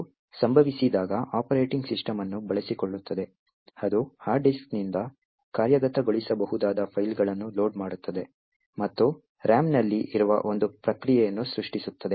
ಇದು ಸಂಭವಿಸಿದಾಗ operating system ಅನ್ನು ಬಳಸಿಕೊಳ್ಳುತ್ತದೆ ಅದು ಹಾರ್ಡ್ ಡಿಸ್ಕ್ನಿಂದ ಕಾರ್ಯಗತಗೊಳಿಸಬಹುದಾದ ಫೈಲ್ ಗಳನ್ನು ಲೋಡ್ ಮಾಡುತ್ತದೆ ಮತ್ತು RAM ನಲ್ಲಿ ಇರುವ ಒಂದು ಪ್ರಕ್ರಿಯೆಯನ್ನು ಸೃಷ್ಟಿಸುತ್ತದೆ